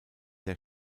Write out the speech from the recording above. der